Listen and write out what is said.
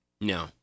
No